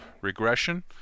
regression